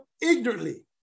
ignorantly